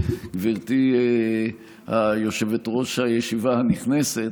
גברתי יושבת-ראש הישיבה הנכנסת,